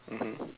mmhmm